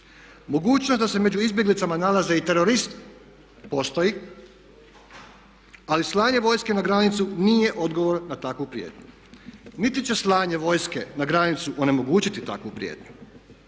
Mogućnost da se među izbjeglicama nalaze i teroristi postoji ali slanje vojske na granicu nije odgovor na takvu prijetnju, niti će slanje vojske na granicu onemogućiti takvu prijetnju.